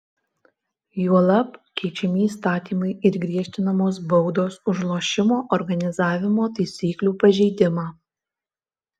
juolab keičiami įstatymai ir griežtinamos baudos už lošimo organizavimo taisyklių pažeidimą